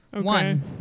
one